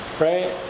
right